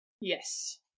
Yes